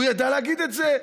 הוא ידע להגיד את זה.